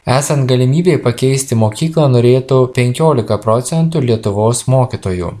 esant galimybei pakeisti mokyklą norėtų penkiolika procentų lietuvos mokytojų